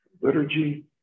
liturgy